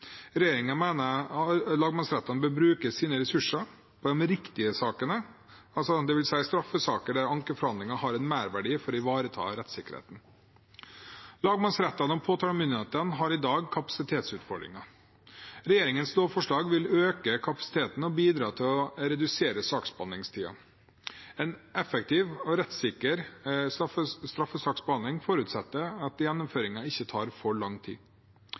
mener at lagmannsrettene bør bruke sine ressurser på de riktige sakene, dvs. straffesaker der ankeforhandlinger har en merverdi for å ivareta rettssikkerheten. Lagmannsrettene og påtalemyndighetene har i dag kapasitetsutfordringer. Regjeringens lovforslag vil øke kapasiteten og bidra til å redusere saksbehandlingstiden. En effektiv og rettssikker straffesaksbehandling forutsetter at gjennomføringen ikke tar for lang tid.